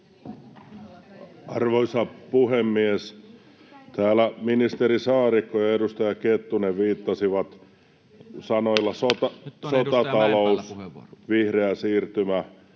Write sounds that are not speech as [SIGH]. Arvoisa puhemies! Täällä ministeri Saarikko ja edustaja Kettunen käyttivät sanoja... [NOISE] ...”sotatalous”,”vihreä siirtymä”